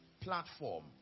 platform